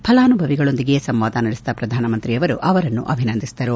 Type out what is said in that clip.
ಫಲಾನುಭವಿಗಳೊಂದಿಗೆ ಸಂವಾದ ನಡೆಸಿದ ಪ್ರಧಾನಮಂತ್ರಿಯವರು ಅವರನ್ನು ಅಭಿನಂದಿಸಿದರು